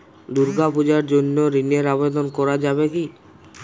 দুর্গাপূজার জন্য ঋণের আবেদন করা যাবে কি?